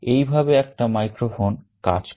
এইভাবে একটা microphone কাজ করে